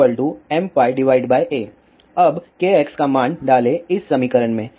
अब kx का मान डालें इस समीकरण में